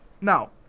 now